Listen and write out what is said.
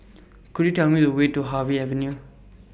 Could YOU Tell Me The Way to Harvey Avenue